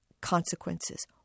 consequences